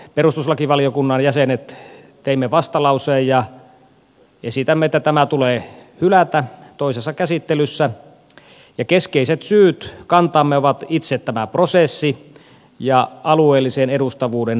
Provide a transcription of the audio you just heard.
keskustan perustuslakivaliokunnan jäsenet teimme vastalauseen ja esitämme että tämä tulee hylätä toisessa käsittelyssä ja keskeiset syyt kantaamme ovat itse tämä prosessi ja alueellisen edustavuuden murentaminen